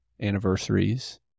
anniversaries